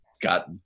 got